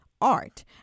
Art